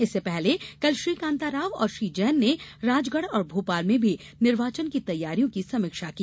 इससे पहले कल श्री कान्ता राव और श्री जैन ने राजगढ़ और भोपाल में भी निर्वाचन की तैयारियों की समीक्षा की